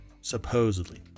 supposedly